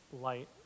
light